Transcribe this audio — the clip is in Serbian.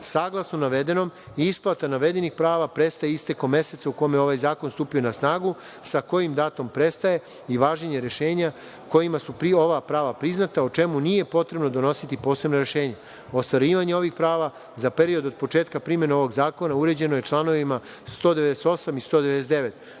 navedenom, isplata navedenih prava prestaje istekom meseca u kome je ovaj zakon stupio na snagu, sa kojim datumom prestaje i važenje rešenja kojima su ova prava priznata, a o čemu nije potrebno donositi posebno rešenje. Ostvarivanje ovih prava za period od početka primene ovog zakona uređeno je članovima 198. i 199,